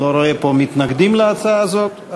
אני לא רואה פה מתנגדים להצעה הזאת.